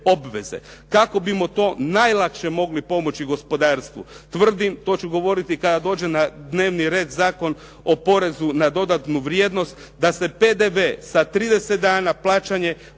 Kako bi tu najlakše pomoći gospodarstvu?